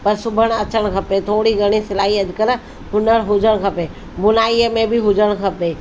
पर सिबणु अचणु खपे थोरी घणी सिलाई अॼुकल्ह हुनरु हुजणु खपे बुनाईअ में बि हुजणु खपे